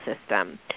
system